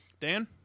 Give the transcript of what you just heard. Dan